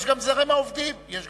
יש גם זרם העובדים.